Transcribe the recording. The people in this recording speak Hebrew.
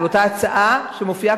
לאותה ההצעה שמופיעה,